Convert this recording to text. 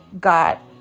got